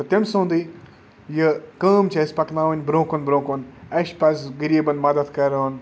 تہٕ تٔمۍ سُنٛدٕے یہِ کٲم چھِ اَسہِ پَکناوٕنۍ برٛونٛہہ کُن برٛونٛہہ کُن اَسہِ پز غریٖبَن مَدتۍ کَرُن